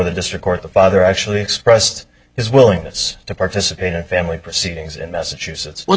the district court the father actually expressed his willingness to participate in family proceedings in massachusetts